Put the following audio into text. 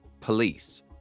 police